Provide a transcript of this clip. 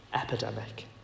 epidemic